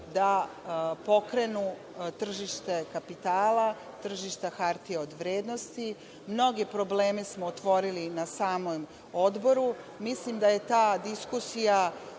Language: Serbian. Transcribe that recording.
da pokrenu tržište kapitala, tržište hartija od vrednosti. Mnoge probleme smo otvorili na samom odboru. Mislim da je ta diskusija